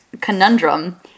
conundrum